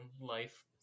life